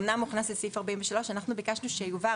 אמנם הוכנס סעיף 43. אנחנו ביקשנו שיובהר